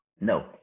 No